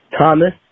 Thomas